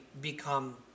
become